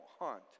hunt